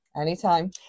anytime